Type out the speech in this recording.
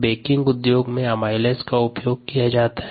baking उद्योग में amylase का उपयोग किया जाता है